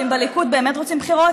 ואם בליכוד באמת רוצים בחירות,